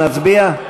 נצביע?